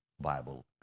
Bible